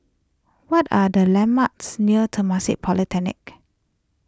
what are the landmarks near Temasek Polytechnic